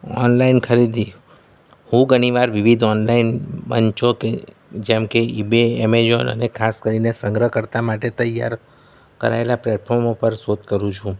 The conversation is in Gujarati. ઓનલાઈન ખરીદી હું ઘણીવાર વિવિધ ઓનલાઈન મંચો કે જેમકે ઇબે એમેઝોન અને ખાસ કરીને સંગ્રહકર્તા માટે તૈયાર કરાયેલાં પેલટફોર્મ ઉપર શોધ કરું છું